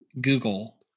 Google